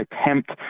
attempt